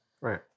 Right